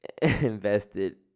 Invested